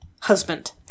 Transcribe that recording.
husband